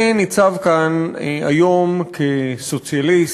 אני ניצב כאן היום כסוציאליסט